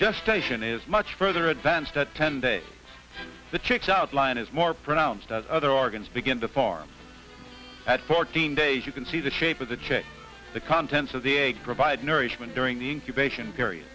just station is much further advance ten days the chicks outline is more pronounced as other organs begin to farm at fourteen days you can see the shape of the the contents of the egg provide nourishment during the incubation period